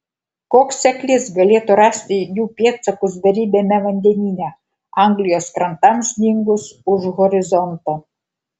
koks seklys galėtų rasti jų pėdsakus beribiame vandenyne anglijos krantams dingus už horizonto